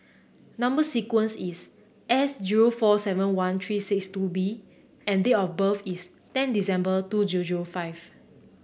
number sequence is S zero four seven one three six two B and date of birth is ten December two zero zero five